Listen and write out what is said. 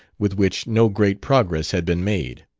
with which no great progress had been made.